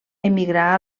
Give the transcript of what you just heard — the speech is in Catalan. emigrà